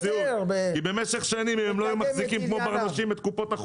אני חושב ששם יהיה לו קהל יותר אוהד לקדם את ענייניו.